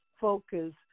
focus